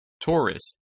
Tourist